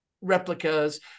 replicas